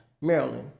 Maryland